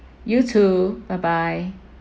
you too bye bye